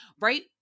right